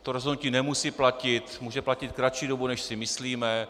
To rozhodnutí nemusí platit, může platit kratší dobu, než si myslíme.